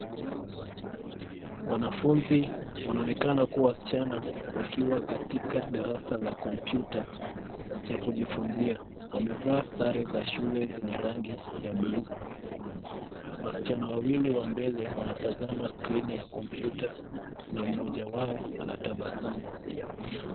Wanafunzi wanaonekana kuwa wasichana wakiwa katika darasa la kompyuta cha kujifunzia. Wamevaa sare za shule zenye rangi ya buluu. Wasichana wawili wa mbele wanatazama skrini ya kompyuta na mmoja wao anatabasamu.